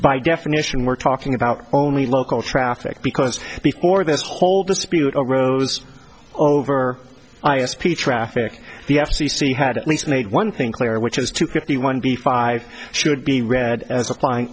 by definition we're talking about only local traffic because before this whole dispute arose over i s p traffic the f c c had at least made one thing clear which is to fifty one b five should be read as applying